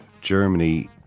Germany